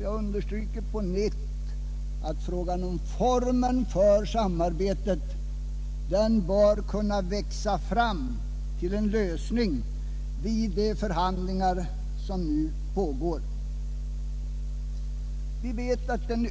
Jag understryker på nytt att frågan om formen för samarbetet bör kunna växa fram till en lösning vid de förhandlingar som nu pågår. Vi vet att en